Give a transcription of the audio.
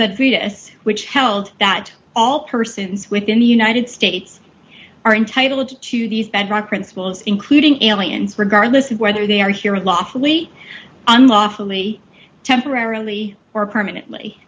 the greatest which held that all persons within the united states are entitled to these bedrock principles including aliens regardless of whether they are here lawfully unlawfully temporarily or permanently